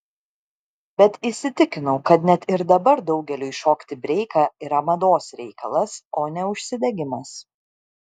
bet įsitikinau kad net ir dabar daugeliui šokti breiką yra mados reikalas o ne užsidegimas